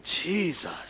Jesus